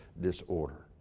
disorder